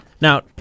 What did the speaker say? Now